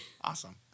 awesome